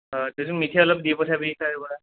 দেচোন মিঠাই অলপ দি পঠাবি তাৰ পৰা